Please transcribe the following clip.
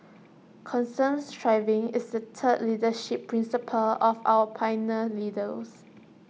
constant striving is the third leadership principle of our pioneer leaders